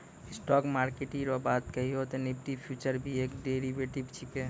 stock market रो बात कहियो ते निफ्टी फ्यूचर भी एक डेरीवेटिव छिकै